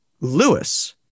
Lewis